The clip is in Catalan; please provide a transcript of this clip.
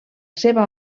seva